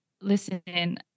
Listen